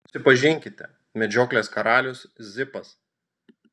susipažinkite medžioklės karalius zipas